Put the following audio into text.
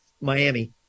Miami